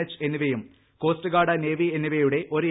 H എന്നിവയും coast guard navy എന്നിവയുടെ ഒരു എ